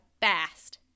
fast